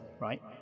right